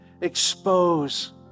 expose